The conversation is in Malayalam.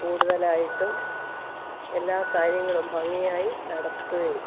കൂടുതലായിട്ടും എല്ലാ കാര്യങ്ങളും ഭംഗിയായി നടത്തുകയും